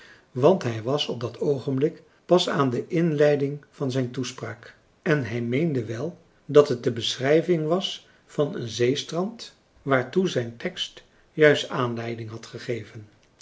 want hij was op dat oogenblik pas aan de inleiding van zijn toespraak en hij meende wel dat het de beschrijving was van een zeestrand waartoe zijn tekst juist aanleiding had gegeven